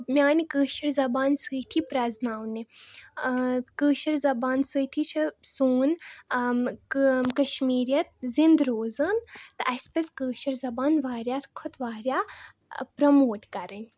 میٛانہِ کٲشِر زبانہِ سۭتی پرٛٮ۪زناونہِ کٲشِر زبان سۭتی چھِ سون کشمیٖریَت زِندٕ روزان تہٕ اَسہِ پزِ کٲشِر زبان واریاہ کھۄتہٕ واریاہ پرٛموٹ کرٕنۍ